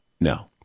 no